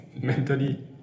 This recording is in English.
mentally